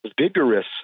vigorous